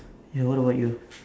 ya what about you